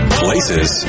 places